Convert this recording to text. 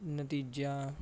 ਨਤੀਜਿਆਂ